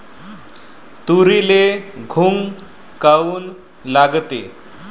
तुरीले घुंग काऊन लागते?